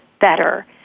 better